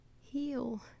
heal